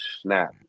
snap